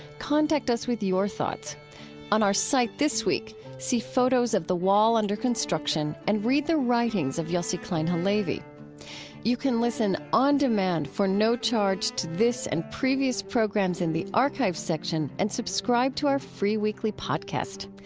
contact us with your thoughts on our site this week, see photos of the wall under construction and read the writings of yossi klein halevi you can listen on demand for no charge to this and previous programs in the archive section and subscribe to our free weekly podcast.